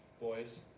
boys